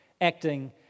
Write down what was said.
acting